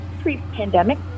pre-pandemic